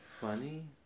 Funny